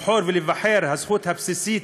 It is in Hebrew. לבחור ולהיבחר, הזכות הבסיסית,